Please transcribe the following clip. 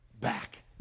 back